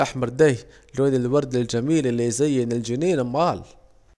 اللون الأحمر ديه لون الورد الجميل الي يزين الجنينه امال